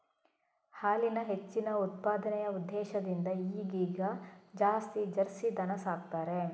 ಹಾಲಿನ ಹೆಚ್ಚಿನ ಉತ್ಪಾದನೆಯ ಉದ್ದೇಶದಿಂದ ಈಗೀಗ ಜಾಸ್ತಿ ಜರ್ಸಿ ದನ ಸಾಕ್ತಾರೆ